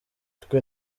twe